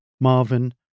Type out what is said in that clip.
Marvin